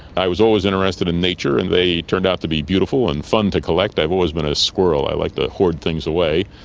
i was always interested in nature, and they turned out to be beautiful and fun to collect. i've always been a squirrel, i like to hoard things away.